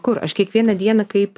kur aš kiekvieną dieną kaip